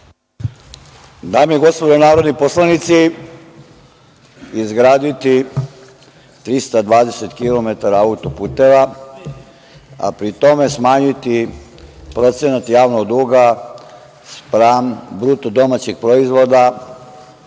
Dame i gospodo narodni poslanici, izgraditi 320 km auto-puteva a pri tome smanjiti procenat javnog duga spram BDP je ravno podvigu.